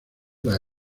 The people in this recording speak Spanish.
las